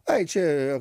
ai čia